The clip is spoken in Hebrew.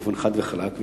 יודיע חד וחלק,